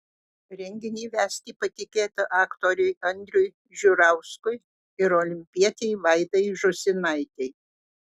renginį vesti patikėta aktoriui andriui žiurauskui ir olimpietei vaidai žūsinaitei